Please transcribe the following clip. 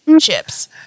chips